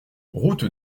route